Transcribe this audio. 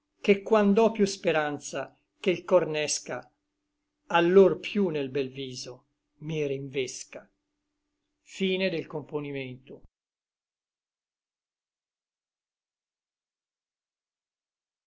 che quand'ò piú speranza che l cor n'esca allor piú nel bel viso mi rinvesca se